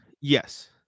yes